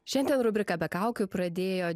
šiandien rubriką be kaukių pradėjo